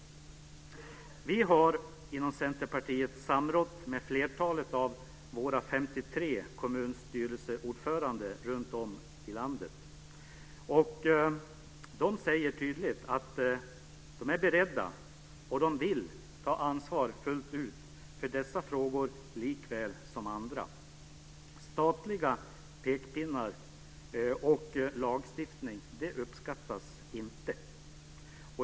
Vi har inom Centerpartiet samrått med flertalet av våra 53 kommunstyrelseordförande runtom i landet. De säger tydligt att de är beredda att ta ansvar fullt ut för dessa frågor, likväl som andra. Statliga pekpinnar och lagstiftning uppskattas inte.